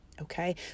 Okay